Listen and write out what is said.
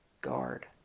Guard